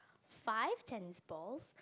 five tennis balls